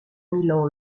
milan